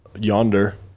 yonder